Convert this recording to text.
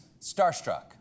Starstruck